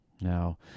Now